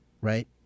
right